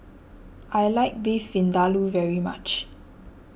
I like Beef Vindaloo very much